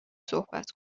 صحبت